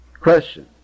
Question